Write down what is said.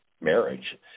marriage